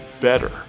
better